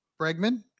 Bregman